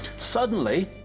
suddenly.